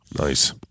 Nice